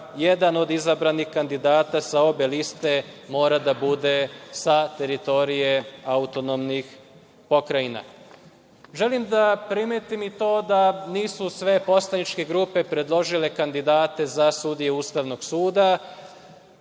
jedan od izabranih kandidata sa obe liste mora da bude sa teritorije autonomnih pokrajina. Želim da primetim i to da nisu sve poslaničke grupe predložile kandidate za sudije Ustavnog suda.